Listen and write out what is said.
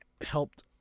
helped